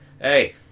hey